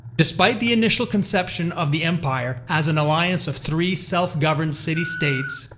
despite the initial conception of the empire as an alliance of three self-governed city-states,